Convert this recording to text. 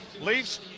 Leafs